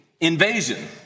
invasion